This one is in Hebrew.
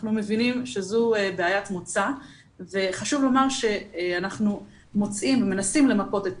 אנחנו מבינים שזו בעיית מוצא וחשוב לומר שאנחנו מנסים למפות את